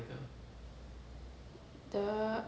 the